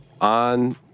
On